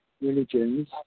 religions